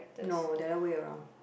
no the other way around